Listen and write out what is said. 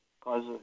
cause